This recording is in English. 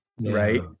right